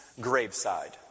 graveside